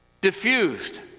diffused